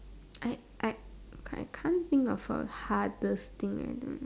I I I can't think of a hardest thing at the